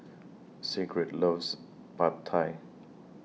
Sigrid loves Pad Thai